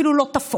אפילו לא תפאורה,